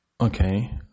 Okay